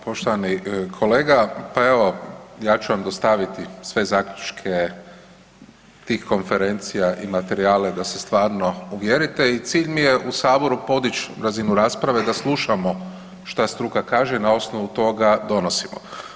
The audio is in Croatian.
Poštovani kolega, pa evo ja ću vam dostaviti sve zaključke tih konferencija i materijale da se stvarno uvjerite i cilj mi je u saboru podić razinu rasprave da slušamo šta struka kaže i na osnovu toga donosimo.